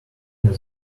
near